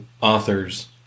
authors